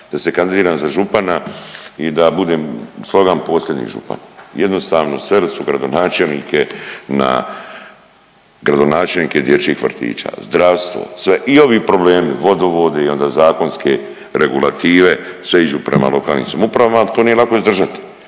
da se kandidiram za župana i da budem …/Govornik se ne razumije./… posljednji župan. Jednostavno sveli su gradonačelnike na gradonačelnike dječjih vrtića, zdravstvo, sve i ovi problemi vodovodi i onda zakonske regulative sve iđu prema lokalnim samoupravama, ali to nije lako izdržati